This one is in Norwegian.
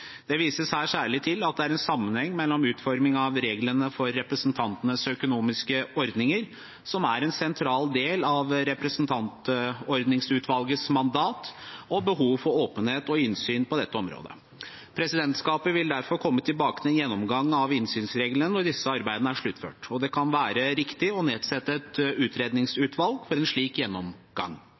Det vises her særlig til at det er en sammenheng mellom utformingen av reglene for representantenes økonomiske ordninger – som er en sentral del av representantordningsutvalgets mandat – og behovet for åpenhet og innsyn på dette området. Presidentskapet vil derfor komme tilbake til en gjennomgang av innsynsreglene når disse arbeidene er sluttført. Det kan være riktig å nedsette et utredningsutvalg for en slik gjennomgang.